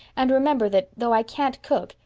and remember that, though i can't cook,